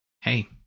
hey